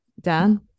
Dan